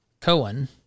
Cohen